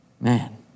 Man